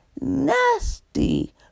Nasty